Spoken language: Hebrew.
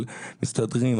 אבל הם מסתדרים,